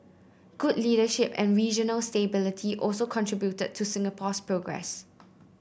good leadership and regional stability also contributed to Singapore's progress